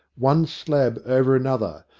one slab over another,